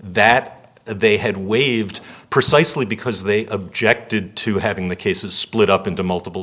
that they had waived precisely because they objected to having the cases split up into multiple